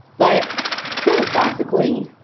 but philosophically,